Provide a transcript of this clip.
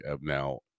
now